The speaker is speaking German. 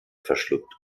verschluckt